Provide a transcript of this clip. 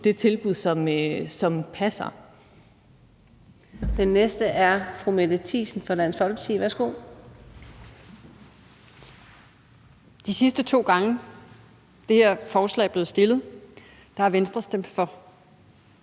det tilbud, som passer.